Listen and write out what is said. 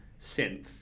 synth